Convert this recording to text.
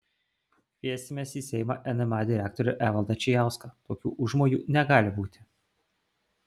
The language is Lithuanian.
kviesimės į seimą nma direktorių evaldą čijauską tokių užmojų negali būti